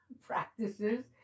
practices